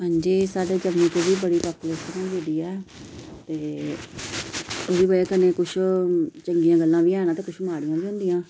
हंजी साढ़े जम्मू दी बी बड़ी पापूलेशन होई गेदी ऐ ते ओह्दी बजह् कन्नै कुछ चंगियां गल्लां बी हैन ते किश माढ़ियां बी होंदिया